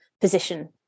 position